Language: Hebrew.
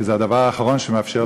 כי זה הדבר האחרון שמאפשר לנו,